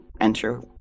enter